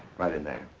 right in there.